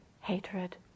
hatred